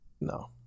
No